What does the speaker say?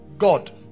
God